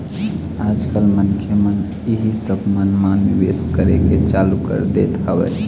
आज कल मनखे मन इही सब मन म निवेश करे के चालू कर दे हवय